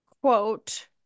Quote